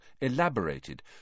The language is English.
elaborated